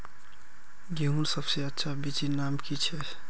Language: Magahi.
गेहूँर सबसे अच्छा बिच्चीर नाम की छे?